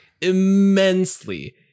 immensely